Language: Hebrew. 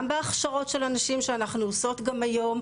בהכשרות של הנשים שאנחנו עושות גם היום,